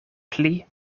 pli